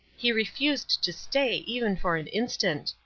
he refused to stay even for an instant.